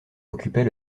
occupait